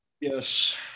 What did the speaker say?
yes